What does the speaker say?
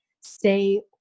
stay